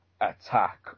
attack